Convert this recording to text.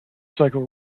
cycle